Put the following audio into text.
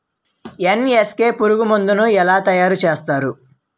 NSK పురుగు మందు ను ఎలా తయారు చేస్తారు?